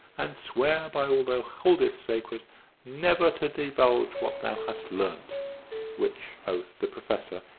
and swear by all thou holdest sacred never to divulge what thou hast learnt which oath the professor,